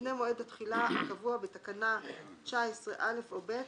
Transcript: לפני מועד התחילה הקבוע בתקנה 19(א) או (ב),